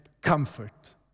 comfort